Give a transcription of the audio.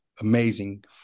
amazing